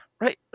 Right